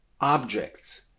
objects